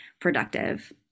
productive